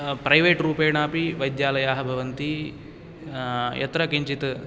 private रूपेण अपि वैद्यालयाः भवन्ति यत्र किञ्चित्